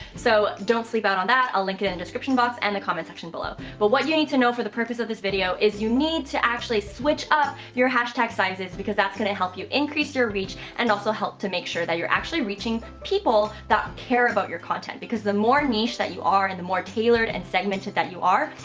so don't sleep out on that, i'll link in the description box and the comments section below, but what you need to know for the purpose of this video is you need to actually switch up your hashtag sizes because that's going to help you increase your reach, and also help to make sure that you're actually reaching people that care about your content. because the more niche that you are, and the more tailored and segmented that you are,